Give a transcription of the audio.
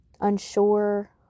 unsure